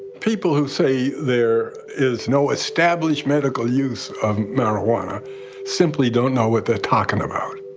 people who say there is no established medical use of marijuana simply don't know what they're talkin' about.